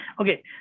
okay